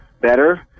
better